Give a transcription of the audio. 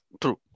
True